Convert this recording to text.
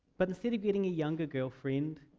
but instead of getting a younger girlfriend,